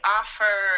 offer